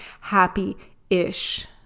happy-ish